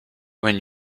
when